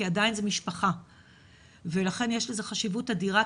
כי עדיין זה משפה ולכן יש לזה חשיבות אדירה.